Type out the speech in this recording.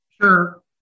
Sure